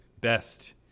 best